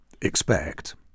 expect